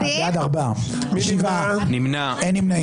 הצבעה לא אושרו.